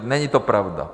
Není to pravda.